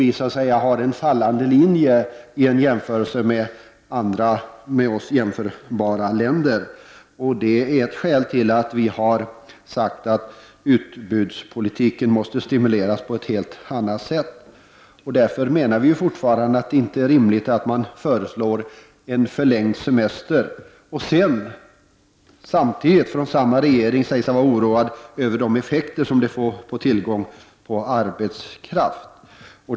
Vi har nu en fallande kurva i förhållande till med oss jämförbara länder. Det är ett skäl till att vi har sagt att utbudspolitiken måste stimuleras på ett helt annat sätt än tidigare. Vi anser därför att det inte är rimligt att föreslå en förlängning av semestern, samtidigt som regeringen säger sig vara oroad över de effekter detta får på tillgången på arbetskraft.